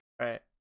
Right